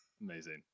Amazing